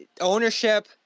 ownership